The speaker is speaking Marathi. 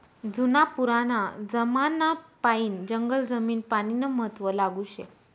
जुना पुराना जमानापायीन जंगल जमीन पानीनं महत्व लागू शे